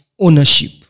ownership